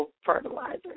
fertilizer